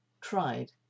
tried